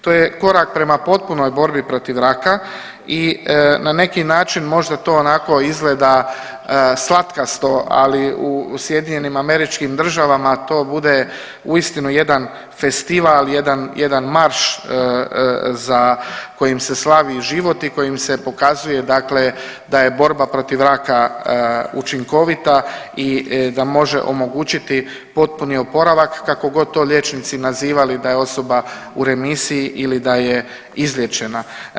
To je korak prema potpunoj borbi protiv raka i na neki način možda to onako izgleda slatkasto, ali u SAD-u to bude uistinu jedan festival, jedan marš za kojim se slavi život i kojim se pokazuje da je borba protiv raka učinkovita i da može omogućiti potpuni oporavak kakogod to liječnici nazivali da je osoba u remisiji ili da je izliječena.